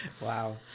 Wow